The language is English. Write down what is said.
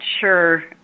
sure